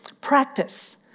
Practice